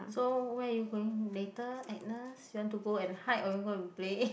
so where are you going later Agnes you want to go and hide or you want go and play